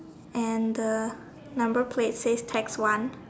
and the number plates say taxi one